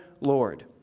Lord